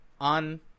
on